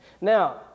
Now